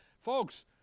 folks